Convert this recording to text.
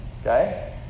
Okay